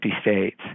states